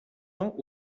ans